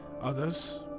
Others